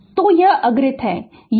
Refer Slide Time 2857 तो यह अग्रिम है